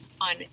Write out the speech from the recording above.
on